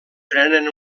prenen